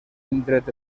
indret